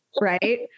right